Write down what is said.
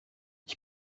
ich